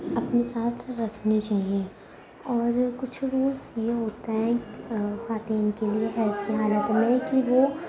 اپنے ساتھ رکھنی چاہییں اور کچھ رولس یہ ہوتے ہیں خواتین کے لیے حیض کی حالت میں کہ وہ